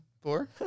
Four